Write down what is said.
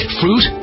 fruit